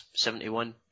71